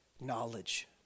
knowledge